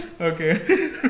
Okay